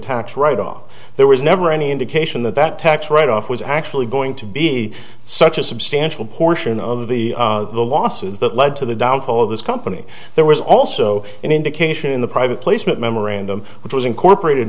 tax write off there was never any indication that that tax write off was actually going to be such a substantial portion of the losses that led to the downfall of this company there was also an indication in the private placement memorandum which was incorporated